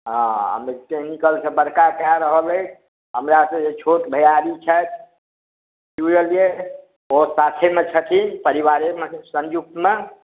हॅं मेक्निकल सॅं बड़का कय रहल अछि हमरा सॅं जे छोट भैयारी छथि सुनी लेलियै ओ साथेमे छथिन परिवारेमे संयुक्तमे